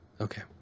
Okay